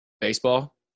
baseball